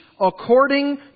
according